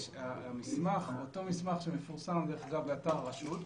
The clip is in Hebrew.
אותו מסמך שמפורסם באתר הרשות,